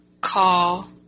call